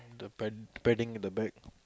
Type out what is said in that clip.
the pad padding at the back